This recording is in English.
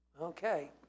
Okay